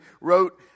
wrote